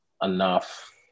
enough